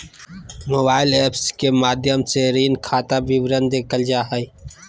mobile app के माध्यम से ऋण खाता विवरण देखल जा हय